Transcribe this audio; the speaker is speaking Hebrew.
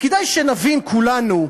וכדאי שנבין כולנו,